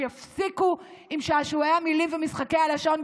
שיפסיקו עם שעשועי המילים ומשחקי הלשון,